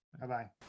Bye-bye